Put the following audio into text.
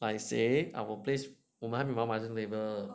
I say our place 我们还没有买 mahjong table